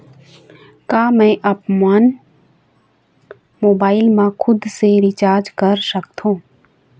का मैं आपमन मोबाइल मा खुद से रिचार्ज कर सकथों?